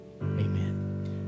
amen